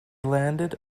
landed